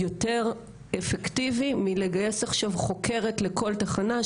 יותר אפקטיבי מלגייס עכשיו חוקרת לכל תחנה,